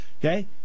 okay